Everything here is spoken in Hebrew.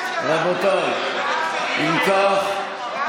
אינה נוכחת